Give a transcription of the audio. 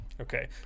Okay